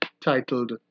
titled